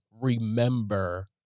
remember